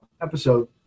episode